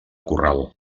corral